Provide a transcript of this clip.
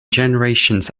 generations